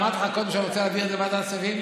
אמרתי לך קודם שאני רוצה להעביר את זה לוועדת הכספים?